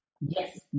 Yes